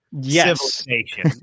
civilization